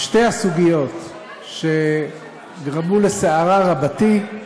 בשתי הסוגיות שגרמו לסערה רבתי,